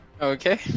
Okay